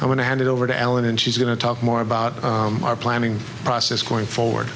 i want to hand it over to allen and she's going to talk more about our planning process going forward